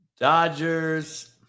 Dodgers